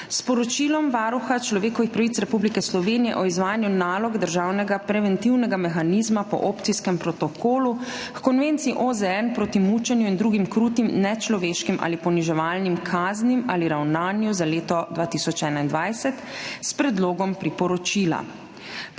s Poročilom Varuha človekovih pravic Republike Slovenije o izvajanju nalog državnega preventivnega mehanizma po Opcijskem protokolu h Konvenciji OZN proti mučenju in drugim krutim, nečloveškim ali poniževalnim kaznim ali ravnanju za leto 2021, s Predlogom priporočila.